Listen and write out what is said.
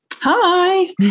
Hi